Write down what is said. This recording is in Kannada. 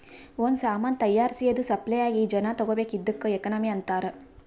ಒಂದ್ ಸಾಮಾನ್ ತೈಯಾರ್ಸಿ ಅದು ಸಪ್ಲೈ ಆಗಿ ಜನಾ ತಗೋಬೇಕ್ ಇದ್ದುಕ್ ಎಕನಾಮಿ ಅಂತಾರ್